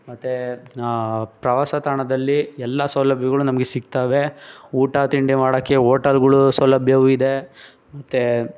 ಮತ್ತು ಪ್ರವಾಸ ತಾಣದಲ್ಲಿ ಎಲ್ಲ ಸೌಲಭ್ಯಗಳು ನಮಗೆ ಸಿಗ್ತವೆ ಊಟ ತಿಂಡಿ ಮಾಡೋಕ್ಕೆ ಓಟಲ್ಗಳು ಸೌಲಭ್ಯವೂ ಇದೆ ಮತ್ತು